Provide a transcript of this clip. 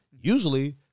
usually